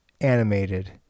animated